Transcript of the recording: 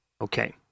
Okay